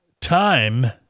time